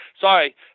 Sorry